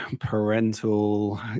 parental